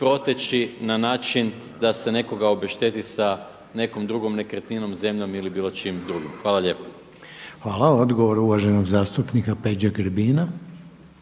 na način da se nekoga obešteti sa nekom drugom nekretninom, zemljom ili bilo čim drugim. Hvala lijepo. **Reiner, Željko (HDZ)** Hvala. Odgovor uvaženog zastupnika Peđe Grbina.